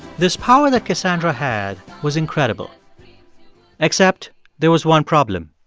this power that cassandra had was incredible except there was one problem.